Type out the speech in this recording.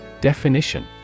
Definition